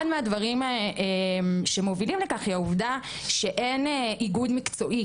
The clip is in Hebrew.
אחד מהדברים שמובילים לכך היא העובדה שאין איגוד מקצועי